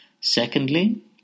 Secondly